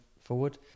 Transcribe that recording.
forward